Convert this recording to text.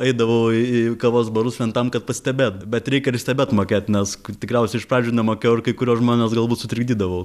eidavau į kavos barus vien tam kad pastabėt bet reikia ir stebėt mokėt nes tikriausiai iš pradžių nemokėjau ir kai kuriuos žmones galbūt sutrikdydavau